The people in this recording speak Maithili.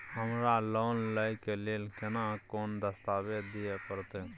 हमरा लोन लय के लेल केना कोन दस्तावेज दिए परतै?